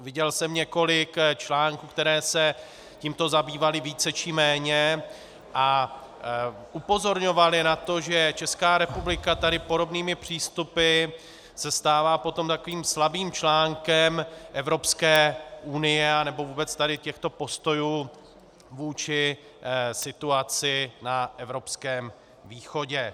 Viděl jsem několik článků, které se tímto zabývaly více či méně a upozorňovaly na to, že Česká republika tady podobnými přístupy se stává potom takovým slabým článkem Evropské unie, anebo vůbec tady těchto postojů vůči situaci na evropském východě.